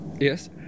Yes